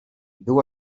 była